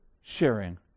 sharing